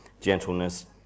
gentleness